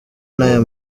naya